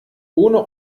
ohne